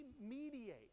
mediate